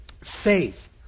Faith